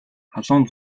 халуун